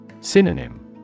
Synonym